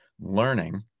learning